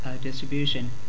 distribution